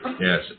Yes